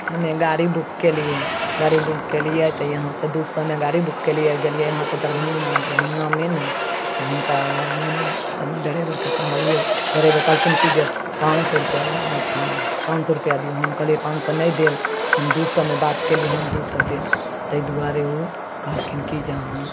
हमे गाड़ी बुक केलिए गाड़ी बुक केलिए तऽ यहाँ से दू सओमे गाड़ी बुक केलिए गेलिए यहाँ से दरभङ्गा दरभङ्गामे ने से हुनका मने ड्राइवरके कहलिए ड्राइवर कहलखिन कि जे पाँच सओ रुपैआ अथी पाँच सओ रुपैआ दिऔ हम कहलिए पाँच सओ नहि देब हम दुइ सओमे बात कएली हँ दुइ सओ देब ताहि दुआरे ओ कहलखिन कि जे अहाँ